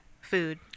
food